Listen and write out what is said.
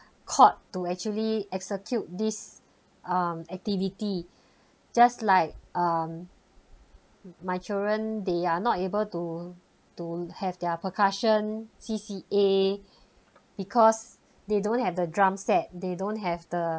court to actually execute this um activity just like um my children they are not able to to have their percussion C_C_A because they don't have the drum set they don't have the